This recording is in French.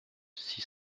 six